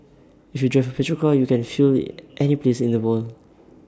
if you drive A petrol car you can fuel IT any place in the world